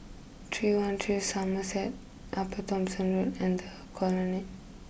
three one three Somerset Upper Thomson Road and the Colonnade